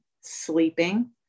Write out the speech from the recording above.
sleeping